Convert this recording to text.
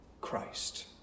Christ